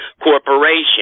corporation